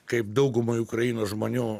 kaip daugumai ukrainos žmonių